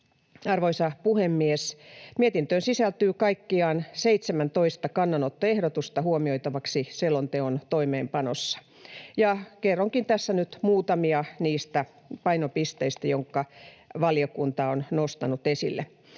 Arvoisa puhemies! Mietintöön sisältyy kaikkiaan 17 kannanottoehdotusta huomioitavaksi selonteon toimeenpanossa, ja kerronkin tässä nyt muutamia niistä painopisteistä, jotka valiokunta on nostanut esille: